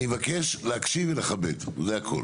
אני מבקש להקשיב ולכבד, זה הכול.